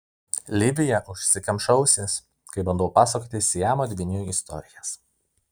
livija užsikemša ausis kai bandau pasakoti siamo dvynių istorijas